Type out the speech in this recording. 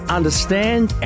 understand